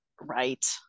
Right